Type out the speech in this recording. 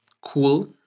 Cool